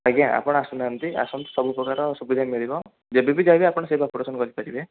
ଆଜ୍ଞା ଆପଣ ଆସୁନାହାନ୍ତି ଆସନ୍ତୁ ସବୁ ପ୍ରକାର ସୁବିଧା ମିଳିବ ଯେବେ ବି ଚାହିଁବେ ଆପଣ ସେ ଅପରେସନ୍ କରିପାରିବେ